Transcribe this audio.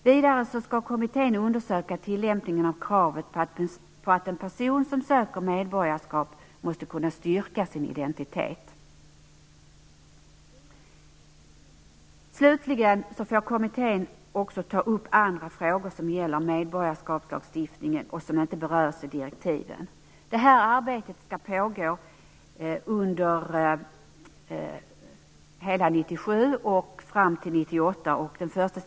Vidare skall kommittén undersöka tillämpningen av kravet att en person som söker medborgarskap måste kunna styrka sin identitet. Slutligen får kommittén också ta upp andra frågor som gäller medborgarskapslagstiftningen och som inte berörs i direktiven. Detta arbete skall pågå under hela 1997 och fram till 1998.